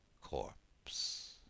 corpse